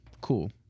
cool